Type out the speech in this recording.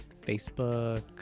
Facebook